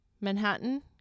Manhattan